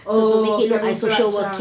oh camouflage ah